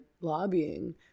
lobbying